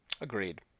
Agreed